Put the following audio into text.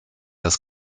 das